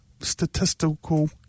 statistical